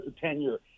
tenure